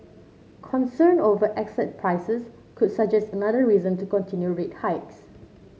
concern over asset prices could suggest another reason to continue rate hikes